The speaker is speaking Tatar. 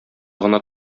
гына